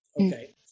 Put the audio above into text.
Okay